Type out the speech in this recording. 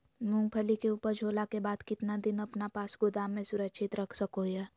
मूंगफली के ऊपज होला के बाद कितना दिन अपना पास गोदाम में सुरक्षित रख सको हीयय?